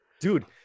dude